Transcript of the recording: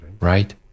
right